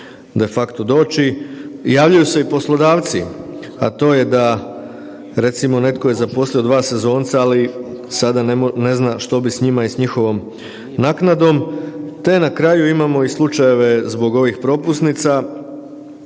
može de facto doći. Javljaju se i poslodavci. A to je da recimo, netko je zaposlio 2 sezonca, ali sada ne zna što bi s njima i njihovom naknadom te na kraju imamo i slučajeve zbog ovih propusnica,